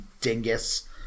dingus